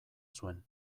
zuen